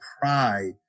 pride